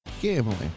Gambling